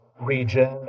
region